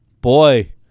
Boy